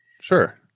Sure